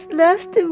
last